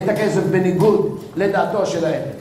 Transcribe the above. את הכסף בניגוד לדעתו שלהם